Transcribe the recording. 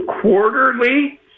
quarterly